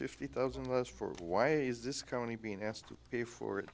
fifty thousand dollars for why is this county being asked to pay for it